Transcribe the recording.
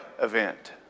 event